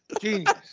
Genius